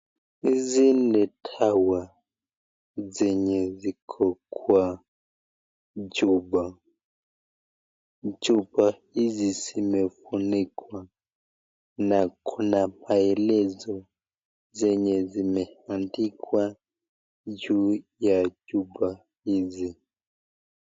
Hizi ni dawa zenye ziko kwa chupa. Chupa hizi zimefunikwa na kuna maelezo zenye zimeandikwa juu ya chupa hizi.